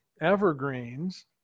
evergreens